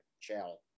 Channel